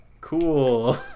Cool